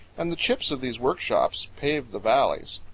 and the chips of these workshops pave the valleys.